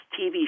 TV